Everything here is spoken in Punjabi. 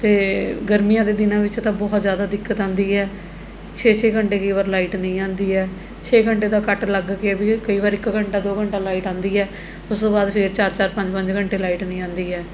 ਅਤੇ ਗਰਮੀਆਂ ਦੇ ਦਿਨਾਂ ਵਿੱਚ ਤਾਂ ਬਹੁਤ ਜ਼ਿਆਦਾ ਦਿੱਕਤ ਆਉਂਦੀ ਹੈ ਛੇ ਛੇ ਘੰਟੇ ਕਈ ਵਾਰ ਲਾਈਟ ਨਹੀਂ ਆਉਂਦੀ ਹੈ ਛੇ ਘੰਟੇ ਦਾ ਕੱਟ ਲੱਗ ਕੇ ਵੀ ਕਈ ਵਾਰ ਇੱਕ ਘੰਟਾ ਦੋ ਘੰਟਾ ਲਾਈਟ ਆਉਂਦੀ ਹੈ ਉਸ ਤੋਂ ਬਾਅਦ ਫਿਰ ਚਾਰ ਚਾਰ ਪੰਜ ਪੰਜ ਘੰਟੇ ਲਾਈਟ ਨਹੀਂ ਆਉਂਦੀ ਹੈ